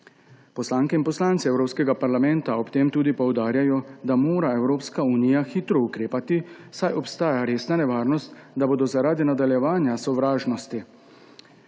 Poslanke in poslanci Evropskega parlamenta ob tem tudi poudarjajo, da mora Evropska unija hitro ukrepati, saj obstaja resna nevarnost, da bodo zaradi nadaljevanja sovražnosti